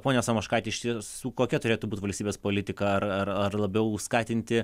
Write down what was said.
ponia samoškaite iš tiesų kokia turėtų būt valstybės politika ar ar ar labiau skatinti